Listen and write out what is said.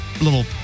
little